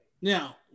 Now